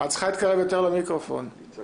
לקבל נתוני מיקום של אדם